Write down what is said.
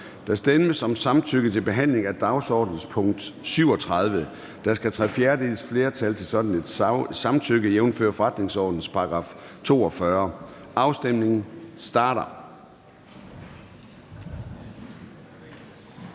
Der stemmes om samtykke til behandling af dagsordenens punkt 37. Der skal tre fjerdedeles flertal til sådan et samtykke, jævnfør forretningsordenens § 42. Afstemningen starter.